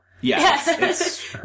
Yes